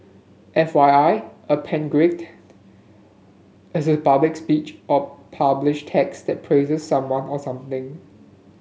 F Y I a panegyric is a public speech or published text that praises someone or something